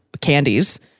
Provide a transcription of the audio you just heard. candies